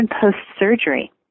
post-surgery